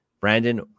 Brandon